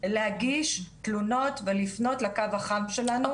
להגיש תלונות ולפנות לקו החם שלנו.